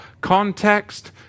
Context